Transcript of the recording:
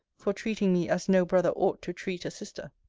for treating me as no brother ought to treat a sister.